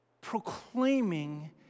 proclaiming